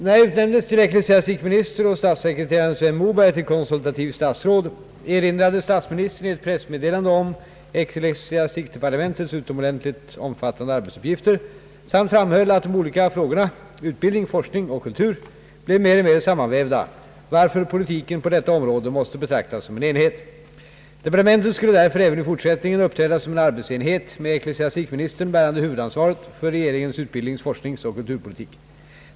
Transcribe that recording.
När jag utnämndes till ecklesiastikminister och statssekreteraren Sven Moberg till konsultativt statsråd erinrade statsministern i ett pressmeddelande om ecklesiastikdepartementets utomordentligt omfattande arbetsuppgifter samt framhöll att de olika frågorna — utbildning, forskning och kultur — blev mer och mer sammanvävda, varför politiken på detta område måste betraktas som en enhet. Departementet skulle därför även i fortsättningen uppträda som en arbetsenhet med ecklesiastikministern bärande huvudansvaret för regeringens utbildnings-, forskningsoch kulturpolitik.